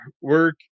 work